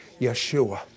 Yeshua